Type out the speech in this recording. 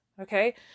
Okay